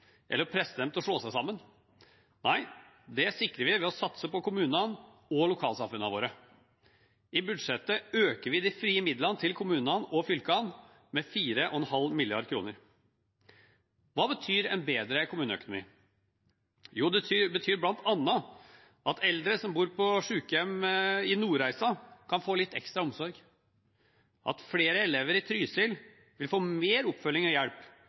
eller presse dem til å slå seg sammen, men ved å satse på kommunene og lokalsamfunnene våre. I budsjettet øker vi de frie midlene til kommunene og fylkene med 4,5 mrd. kr. Hva betyr en bedre kommuneøkonomi? Jo, det betyr bl.a. at eldre som bor på sykehjem i Nordreisa, kan få litt ekstra omsorg, at flere elever i Trysil vil få mer oppfølging og hjelp